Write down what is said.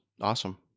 Awesome